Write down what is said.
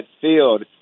field